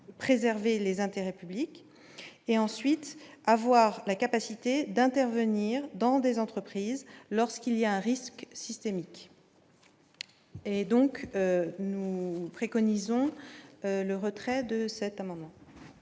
préserver les intérêts publics et ensuite avoir la capacité d'intervenir dans des entreprises lorsqu'il y a un risque systémique et donc nous préconisons le retrait de cet amendement.